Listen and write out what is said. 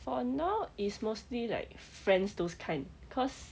for now is mostly like friends those kind cause